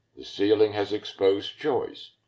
the ceiling has exposed joists,